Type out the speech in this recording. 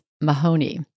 Mahoney